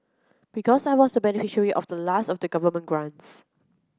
because I was beneficiary of the last of the government grants